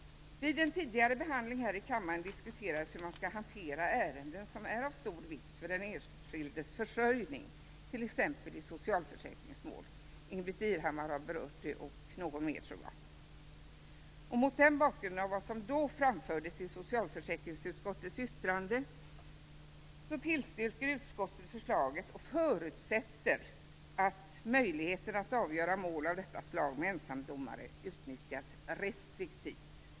Vid en tidigare behandling här i kammaren diskuterades hur man skall hantera ärenden som är av stor vikt för den enskildes försörjning, t.ex. i socialförsäkringsmål. Ingbritt Irhammar, och kanske ytterligare någon, har berört detta. Mot bakgrund av vad som då framfördes i socialförsäkringsutskottets yttrande tillstyrker utskottet förslaget och förutsätter att möjligheten att avgöra mål av detta slag med ensamdomare utnyttjas restriktivt.